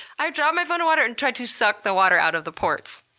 i dropped my phone in water and tried to suck the water out of the ports.